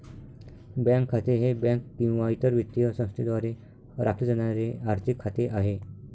bank खाते हे bank किंवा इतर वित्तीय संस्थेद्वारे राखले जाणारे आर्थिक खाते आहे